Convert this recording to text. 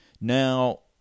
now